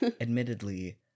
Admittedly